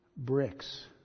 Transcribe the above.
Bricks